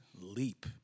leap